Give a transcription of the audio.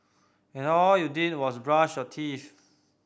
and all you did was brush your teeth